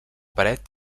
paret